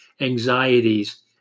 anxieties